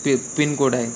पि pin code आहे